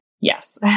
Yes